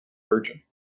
virgin